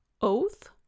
oath